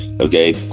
Okay